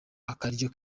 akaryo